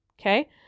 Okay